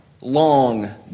long